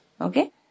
okay